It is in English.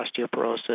osteoporosis